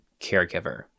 caregiver